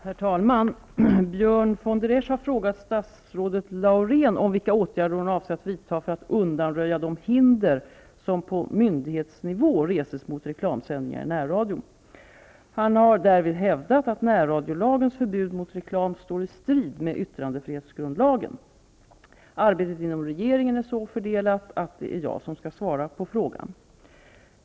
Herr talman! Björn von der Esch har frågat statsrådet Reidunn Laurén vilka åtgärder hon avser att vidtaga för att undanröja de hinder som på myndighetsnivå reses mot reklamsändningar i närradio. Han har därvid hävdat att närradiolagens förbud mot reklam står i strid med yttrandefrihetsgrundlagen. Arbetet inom regeringen är så fördelat att det är jag som skall svara på frågan.